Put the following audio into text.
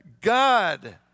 God